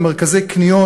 במרכזי קניות,